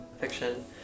fiction